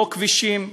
לא כבישים,